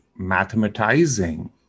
mathematizing